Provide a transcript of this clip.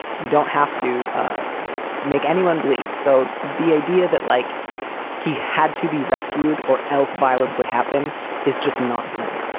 you don't have to make anyone bleed. so the idea that like he had to be rescued or else violence would happen is just nonsense.